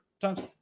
times